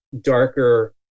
darker